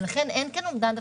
לכאן אין כאן אומדן של